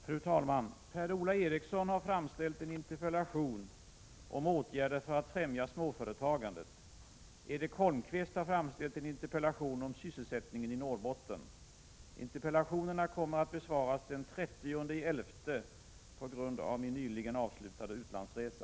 Fru talman! Per-Ola Eriksson har framställt en interpellation om åtgärder för att främja småföretagandet, och Erik Holmkvist har framställt en interpellation om sysselsättningen i Norrbotten. Interpellationerna kommer att besvaras den 30 november på grund av min nyligen avslutade utlandsresa.